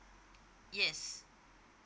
yes